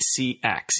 CX